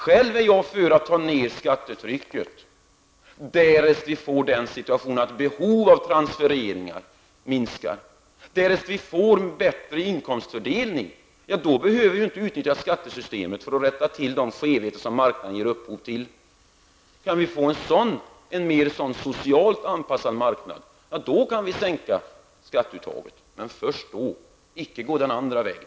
Själv är jag för att ta ned skattetrycket därest vi får den situationen att behov av transferering minskar och därest vi får bättre inkomstfördelning. Då behöver vi inte utnyttja skattesystemet för att rätta till de skevheter som marknaden ger upphov till. Kan vi få en mer socialt anpassad marknad, ja då kan vi sänka skatteuttaget, men först då. Vi kan inte gå andra vägen.